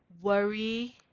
worry